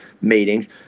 meetings